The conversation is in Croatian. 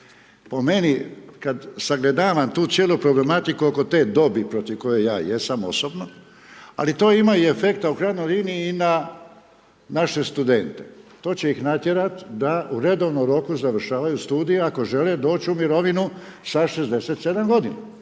Po meni kada sagledavam tu cijelu problematiku oko te dobi protiv koje ja jesam osobno, ali to ima i efekta u krajnjoj liniji i na naše studente. To će ih natjerati da u redovnom roku završavaju studije ako žele doći u mirovinu sa 67 godina.